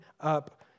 up